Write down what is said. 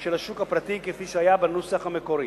של השוק הפרטי, כפי שהיה בנוסח המקורי.